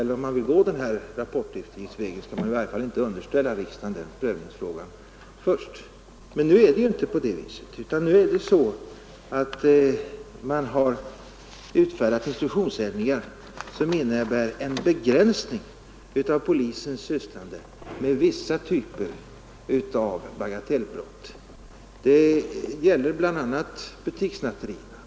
Detsamma kan gälla om man vill gå rapporteftergiftsvägen. Men nu är det inte så utan man har utfärdat instruktionsändringar som innebär en begränsning av polisens sysslande med vissa typer av bagatellbrott. Det gäller bl.a. butikssnatterierna.